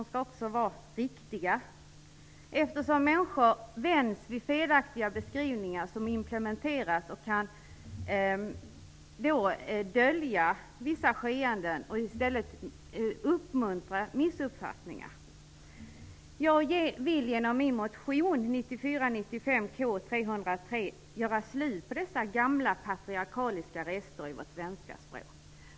De skall också vara riktiga, eftersom människor vänjs vid felaktiga beskrivningar som implementeras och kan dölja vissa skeenden och i stället uppmuntra missuppfattningar. Jag vill genom min motion 1994/95:K303 göra slut på dessa gamla patriarkaliska rester i vårt svenska språk.